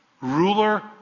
ruler